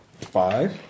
Five